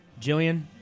Jillian